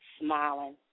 smiling